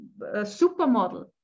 supermodel